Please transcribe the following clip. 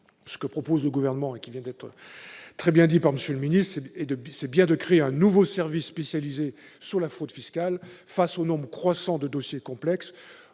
Ce que propose le Gouvernement, et qui vient d'être très bien expliqué par M. le ministre, c'est bien de créer un nouveau service spécialisé dans la fraude fiscale, face au nombre croissant de dossiers complexes.